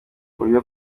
buryo